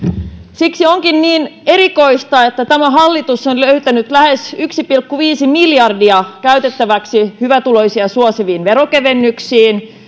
siksi onkin niin erikoista että tämä hallitus on löytänyt lähes yksi pilkku viisi miljardia käytettäväksi hyvätuloisia suosiviin veronkevennyksiin